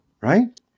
right